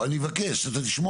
אתה רוצה לצאת החוצה להירגע?